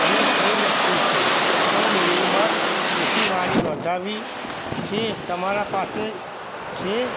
અમે સોળ વ્યક્તિ છીએ તો મિનિ બસ એસીવાળી નોંધાવવી છે તમારા પાસે છે